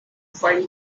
fight